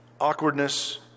Awkwardness